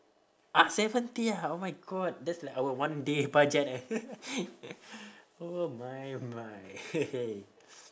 ah seventy ah oh my god that's like our one day budget eh oh my my